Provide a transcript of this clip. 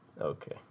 Okay